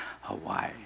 Hawaii